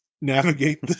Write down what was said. navigate